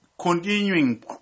continuing